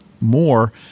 more